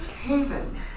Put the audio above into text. Haven